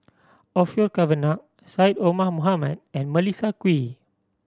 Orfeur Cavenagh Syed Omar Mohamed and Melissa Kwee